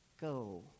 go